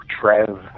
Trev